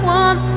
one